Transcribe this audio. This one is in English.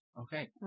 okay